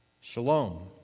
Shalom